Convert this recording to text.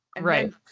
right